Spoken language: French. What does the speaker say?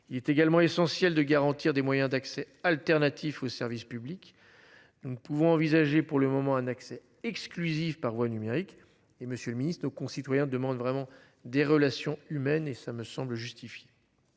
Il est également essentiel de garantir des moyens d'accès alternatif au service public. Nous ne pouvons envisager pour le moment un accès exclusif par voie numérique, et Monsieur le Ministre, nos concitoyens demandent vraiment des relations humaines et ça me semble justifié.